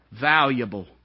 valuable